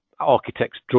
architects